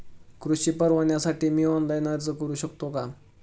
कृषी परवान्यासाठी मी ऑनलाइन अर्ज करू शकतो का?